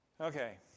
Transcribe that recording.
Okay